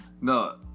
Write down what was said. No